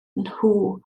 nhw